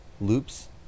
loops